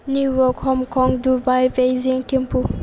New York hong kong dubai beijing Thimphu